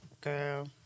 Girl